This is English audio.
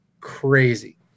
crazy